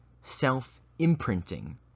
self-imprinting